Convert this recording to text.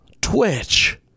Twitch